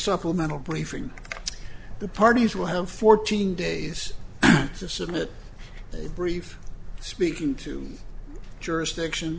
supplemental briefing the parties will have fourteen days to submit they brief speaking to jurisdiction